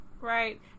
Right